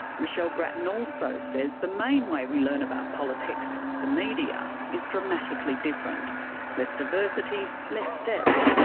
michelle grattan also says the main way we learn about politics the media is dramatically different less diversity, less depth,